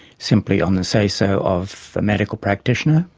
simply on the say-so of a medical practitioner.